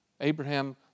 Abraham